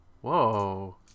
Whoa